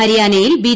ഹരിയാനയിൽ ബി